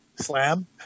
slam